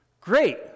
Great